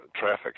traffic